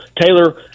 Taylor